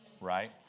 right